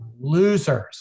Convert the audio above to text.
losers